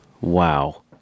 Wow